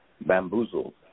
bamboozled